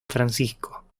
francisco